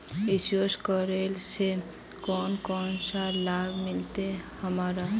Insurance करेला से कोन कोन सा लाभ मिलते हमरा?